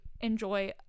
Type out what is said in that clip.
enjoy